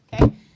okay